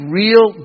real